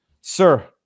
Sir